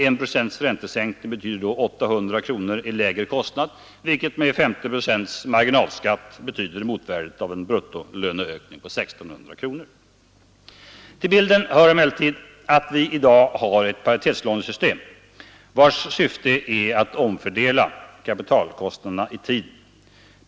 En procents räntesänkning betyder då 800 kronor i lägre kostnad, vilket med 50 procent marginalskatt betyder motvärdet av en bruttolöneökning på Till bilden hör emellertid också att vi i dag har ett paritetslånesystem, vars syfte är att omfördela kapitalkostnaderna i tiden.